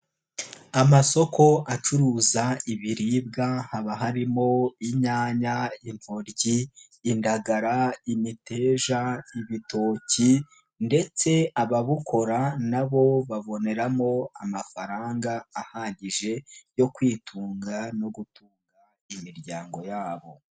Amasoko acuruza ibiribwa haba harimo: inyanya, intoryi, indagara, imiteja, ibitoki ndetse ababukora na bo baboneramo amafaranga ahagije yo kwitunga no gutunga imiryango yabo.